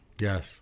Yes